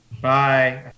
Bye